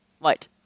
Right